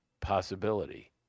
possibility